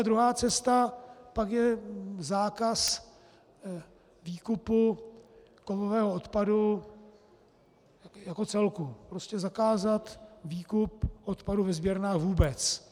Druhá cesta je pak zákaz výkupu kovového odpadu jako celku, prostě zakázat výkup odpadu ve sběrnách vůbec.